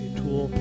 tool